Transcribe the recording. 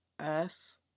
earth